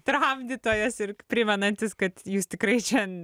tramdytojas ir primenantis kad jūs tikrai čia